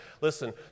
listen